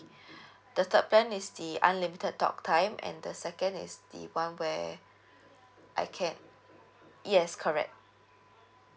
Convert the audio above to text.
the third plan is the unlimited talk time and the second is the one where I can yes correct